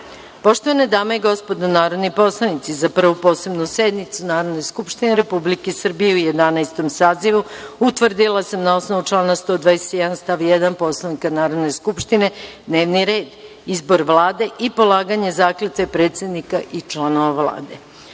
godine. Poštovane dame i gospodo narodni poslanici, za Prvu posebnu sednicu Narodne skupštine Republike Srbije u Jedanaestom sazivu, utvrdila sam na osnovu člana 121. stav 1. Poslovnika Narodne skupštineD n e v n i r e d:1. Izbor Vlade i polaganje zakletve predsednika i članova Vlade. Pre